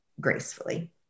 gracefully